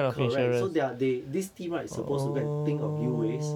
correct so their they this team right is supposed to think of new ways